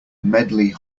medley